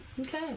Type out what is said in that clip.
Okay